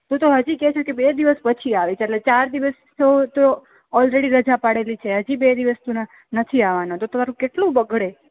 two તો હજી કે છે કે બે દિવસ પછી આવીશ ચાર દિવસ તો અલરેડી રજા પડેલી છે હજી બે દિવસ નથી આવનો તો તારું કેટલું બગડે